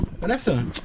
Vanessa